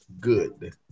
Good